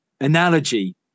analogy